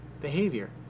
behavior